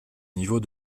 niveau